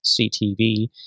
CTV